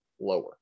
lower